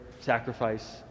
sacrifice